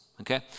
okay